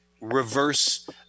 reverse